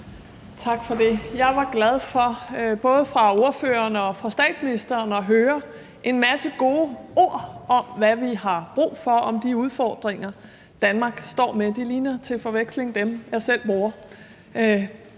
Tak for det. Jeg var glad for at høre, både fra ordføreren og fra statsministeren, en masse gode ord om, hvad vi har brug for i forhold til de udfordringer, Danmark står med. De ligner til forveksling dem, jeg selv bruger